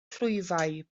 clwyfau